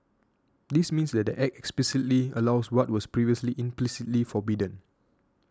this means that the Act explicitly allows what was previously implicitly forbidden